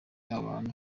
abantu